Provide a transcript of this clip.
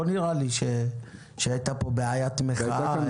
לא נראה לי שהייתה פה בעיית מחאה,